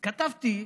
אז כתבתי: